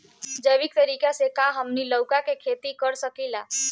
जैविक तरीका से का हमनी लउका के खेती कर सकीला?